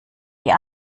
die